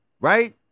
right